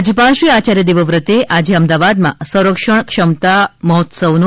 રાજ્યપાલશ્રી આચાર્ય દેવવ્રતે આજે અમદાવાદમાં સંરક્ષણ ક્ષમતા મહોત્સવનો